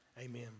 Amen